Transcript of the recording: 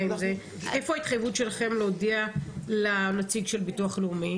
היכן ההתחייבות שלכם להודיע לנציג של ביטוח לאומי?